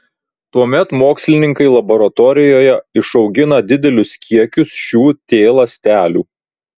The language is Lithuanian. tuomet mokslininkai laboratorijoje išaugina didelius kiekius šių t ląstelių